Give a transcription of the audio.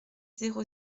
zéro